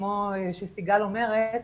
כמו שסיגל אומרת,